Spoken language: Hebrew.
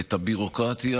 את הביורוקרטיה,